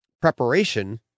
preparation